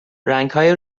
رنگهای